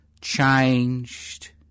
changed